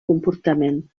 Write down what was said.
comportament